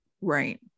Right